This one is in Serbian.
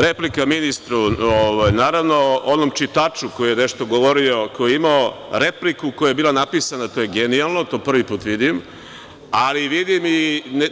Replika ministru, naravno, onom čitaču koji je nešto govorio, koji je imao repliku koja je bila napisana, to je genijalno, to prvi put vidim, ali